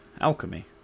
alchemy